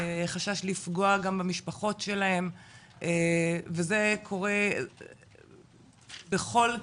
חשש לפגוע גם במשפחות שלהם וזה קורה בכל קהילה,